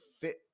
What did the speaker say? fit